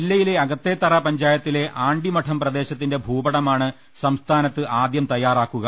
ജില്ലയിലെ അകത്തേത്തറ പഞ്ചായത്തിലെ ആണ്ടിമഠം പ്രദേശത്തിന്റെ ഭൂപടമാണ് സംസ്ഥാനത്ത് ആദ്യം തയ്യാറാക്കുക